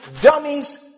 dummies